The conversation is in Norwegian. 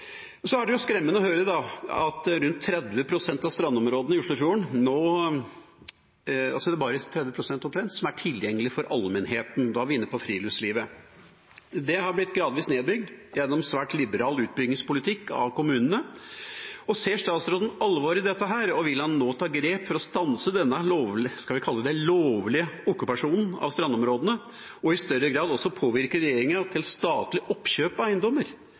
Så er det skremmende å høre at det bare er rundt 30 pst. av strandområdene i Oslofjorden som er tilgjengelige for allmennheten. Da er vi inne på friluftslivet. Det har blitt gradvis nedbygd gjennom kommunenes svært liberale utbyggingspolitikk. Ser statsråden alvoret i dette, og vil han nå ta grep for å stanse denne – skal vi kalle det – lovlige okkupasjonen av strandområdene, og i større grad også påvirke regjeringa til statlig oppkjøp av eiendommer